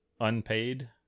unpaid